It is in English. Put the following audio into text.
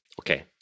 Okay